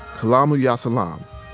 kalamu ya salaam,